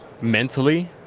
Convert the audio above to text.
mentally